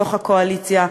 מתוך הקואליציה.